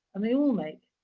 and they all make